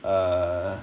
err